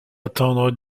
attendre